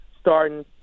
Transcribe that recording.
starting